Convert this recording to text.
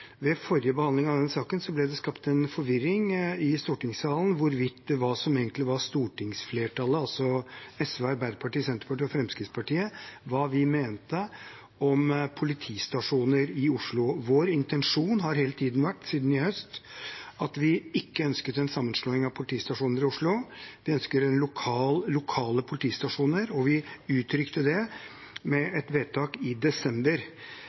Ved forrige behandling av denne saken ble det skapt en forvirring i stortingssalen om hva stortingsflertallet, altså SV, Arbeiderpartiet, Senterpartiet og Fremskrittspartiet, egentlig mente om politistasjoner i Oslo. Vår intensjon har hele tiden vært siden i høst at vi ikke ønsket en sammenslåing av politistasjoner i Oslo. Vi ønsker lokale politistasjoner, og vi uttrykte det med et vedtak i desember.